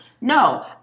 No